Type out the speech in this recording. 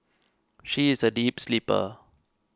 she is a deep sleeper